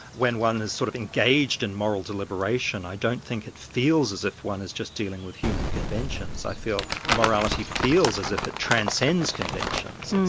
when one has sort of engaged in moral deliberation, i don't think it feels as if one is just dealing with human conventions. i feel morality feels as if it transcends conventions.